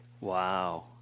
Wow